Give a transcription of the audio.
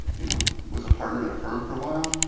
you know, was a partner at a firm for a while.